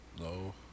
No